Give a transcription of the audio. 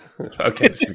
Okay